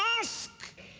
ask